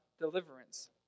deliverance